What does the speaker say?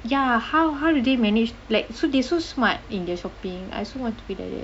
ya how how did they manage like so they so smart in their shopping I also want to be like that